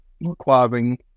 requiring